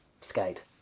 skate